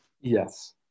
yes